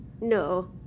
No